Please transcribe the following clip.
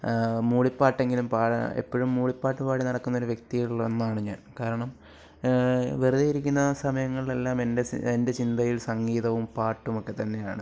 മൂളിപ്പാട്ടെങ്കിലും പാടാ എപ്പോഴും മൂളിപ്പാട്ട് പാടി നടക്കുന്നൊരു വ്യക്തികളിലൊന്നാണ് ഞാൻ കാരണം വെറുതെ ഇരിക്കുന്ന സമയങ്ങളിൽ എല്ലാം എൻ്റെ സി എൻ്റെ ചിന്തയിൽ സംഗീതവും പാട്ടും ഒക്കെ തന്നെയാണ്